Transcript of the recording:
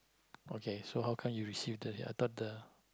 okay so how come you receive I thought the